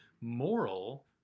moral